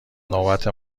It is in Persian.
نوبت